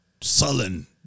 sullen